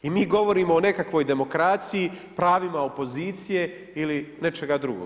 I mi govorimo o nekakvoj demokraciji, pravima opozicije ili nečega drugog.